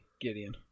Gideon